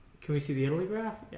the the italy graph? yeah